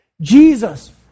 Jesus